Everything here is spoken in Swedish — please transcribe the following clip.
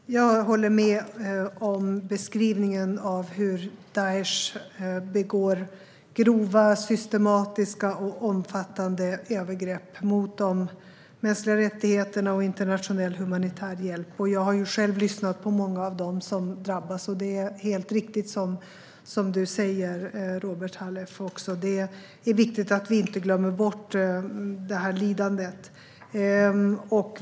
Herr talman! Jag håller med om beskrivningen av hur Daish begår grova, systematiska och omfattande övergrepp mot de mänskliga rättigheterna och internationell humanitär hjälp. Jag har själv lyssnat på många av dem som drabbas, och det är helt riktigt som Robert Halef säger att det är viktigt att vi inte glömmer bort det här lidandet.